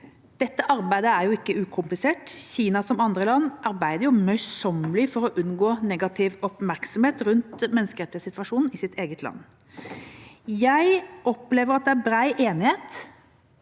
Dette arbeidet er ikke ukomplisert. Kina, som andre land, arbeider møysommelig for å unngå negativ oppmerksomhet rundt menneskerettighetssituasjonen i sitt eget land. Jeg opplever at det er bred enighet